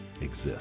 exist